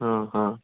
हाँ हाँ